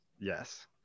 Yes